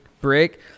break